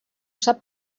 sap